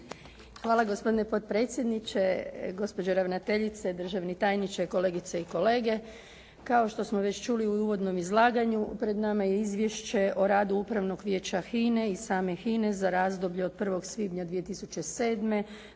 Hvala. Gospodine potpredsjedniče, gospođo ravnateljice, državni tajniče, kolegice i kolege zastupnici. Kao što smo već čuli u uvodnom izlaganju pred nama je Izvješće o radu Upravnog vijeća HINA-e i same HINA-e za razdoblje od 1. svibnja 2007.